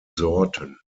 sorten